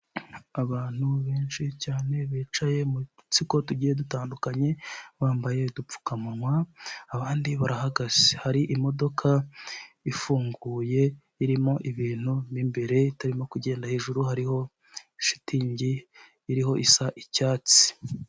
Abantu benshi cyane, bicaye mu dutsiko tugiye dutandukanye, bambaye udupfukamunwa, abandi barahagaze. Hari imodoka ifunguye, irimo ibintu mo imbere, itarimo kugenda, hejuru hariho shitingi iriho, isa icyatsi.